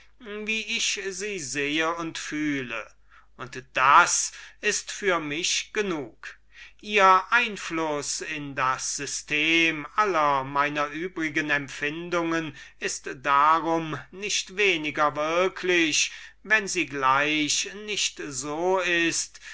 wie ich sie sehe und fühle und das ist für mich genug ihr einfluß in das system aller meiner übrigen empfindungen ist darum nicht weniger würklich wenn sie gleich nicht so ist